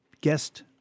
guest